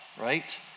right